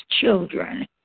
children